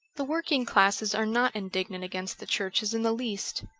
the working classes are not indignant against the churches in the least.